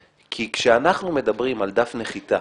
כי כשאנחנו מדברים על דף נחיתה